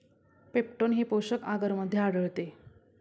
peptone हे पोषक आगरमध्ये आढळते